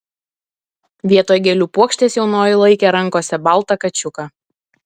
vietoj gėlių puokštės jaunoji laikė rankose baltą kačiuką